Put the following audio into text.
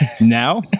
now